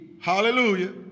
hallelujah